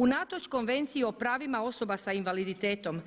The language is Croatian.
Unatoč konvenciji o pravima osoba s invaliditetom